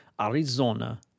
Arizona